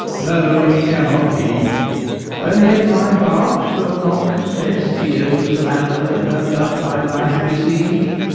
no, it cannot be and yet my heart will not confess he owes the malady that doth my life besiege.